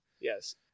Yes